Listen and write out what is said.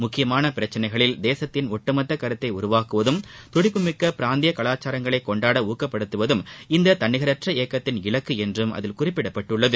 முக்கியமான பிரச்சளைகளில் தேசத்தின் ஒட்டுமொத்த கருத்தை உருவாக்குவதும் துடிப்புமிக்க பிராந்திய கவாச்சாரங்களை கொண்டாட ஊக்கப்படுத்துவதும் இந்த தன்னிகரற்ற இயக்கத்தின் இலக்கு என்று அதில் குறிப்பிடப்பட்டுள்ளது